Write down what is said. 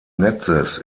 netzes